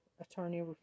attorney